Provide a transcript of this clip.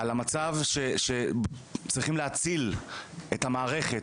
על המצב שצריכים להציל את המערכת,